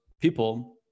people